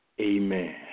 amen